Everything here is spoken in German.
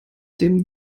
dem